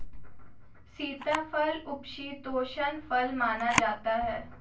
सीताफल उपशीतोष्ण फल माना जाता है